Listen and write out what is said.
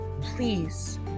Please